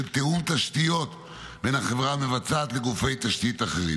תיאום תשתיות בין החברה המבצעת לגופי תשתית אחרים.